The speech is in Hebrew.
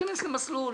להיכנס למסלול,